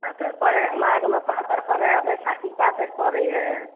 पातरि पड़ैत हए माघमे पातरि पड़ैत हए बैसाखी पातरि पड़ैत हए